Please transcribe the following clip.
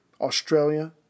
Australia